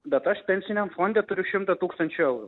bet aš pensiniam fonde turiu šimtą tūkstančių eurų